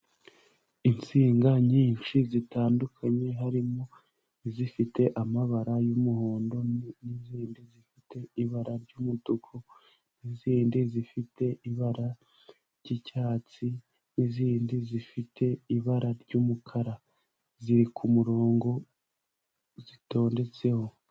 Insinga nyinshi zitandukanye, harimo izifite amabara y'umuhondo n'izindi zifite ibara ry'umutuku n'izindi zifite ibara ry'icyatsi n'izindi zifite ibara ry'umukara, ziri ku murongo zitondetseho.